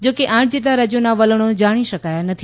જોકે આઠ જેટલા રાજ્યોના વલણો જાણી શકાયા નથી